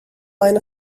line